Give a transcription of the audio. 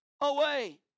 away